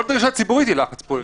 כל דרישת ציבור היא לחץ פוליטי.